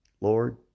Lord